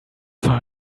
far